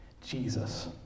Jesus